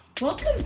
Welcome